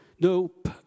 nope